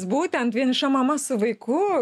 būtent vieniša mama su vaiku